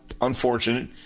unfortunate